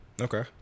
okay